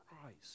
Christ